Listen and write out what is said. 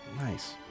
Nice